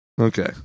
okay